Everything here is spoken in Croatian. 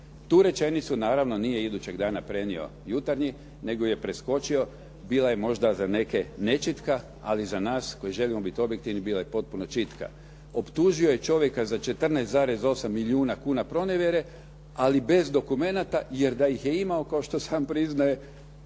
Tu rečenicu naravno nije idućeg dana prenio "Jutarnji" nego je preskočio, bila je možda za neke nečitka ali za nas koji želimo biti objektivni bila je potpuno čitka. Optužio je čovjeka za 14,8 milijuna kuna pronevjere ali bez dokumenata jer da ih je imao kao što sam priznaje